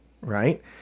right